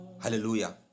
hallelujah